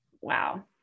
Wow